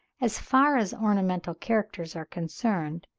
as far as ornamental characters are concerned,